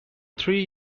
three